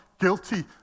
guilty